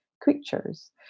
creatures